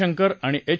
शंकर आणि एच